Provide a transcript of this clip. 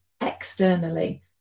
externally